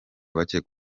bakeka